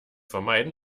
vermeiden